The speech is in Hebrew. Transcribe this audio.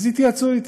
אז התייעצו אתי.